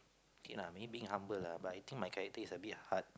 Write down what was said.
K lah maybe humble lah but I think my character is a bit hard